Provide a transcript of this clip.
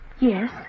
Yes